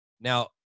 Now